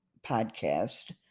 podcast